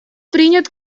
принят